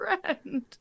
friend